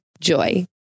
Joy